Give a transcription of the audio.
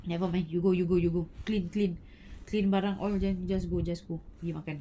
never mind you go you go you go clean clean clean barang all then just go just go pergi makan